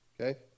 okay